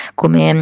come